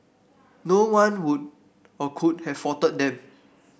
no one would or could have faulted them